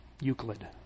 Euclid